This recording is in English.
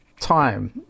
time